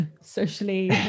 socially